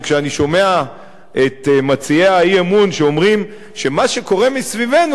כשאני שומע את מציעי האי-אמון אומרים שמה שקורה מסביבנו